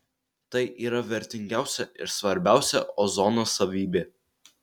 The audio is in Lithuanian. tai yra vertingiausia ir svarbiausia ozono savybė